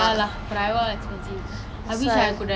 ah why is singapore life so expensive lah